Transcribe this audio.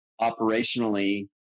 operationally